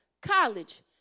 college